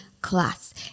class